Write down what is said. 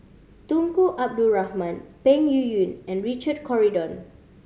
Tunku Abdul Rahman Peng Yuyun and Richard Corridon